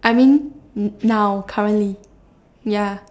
I mean now currently ya